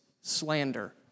Slander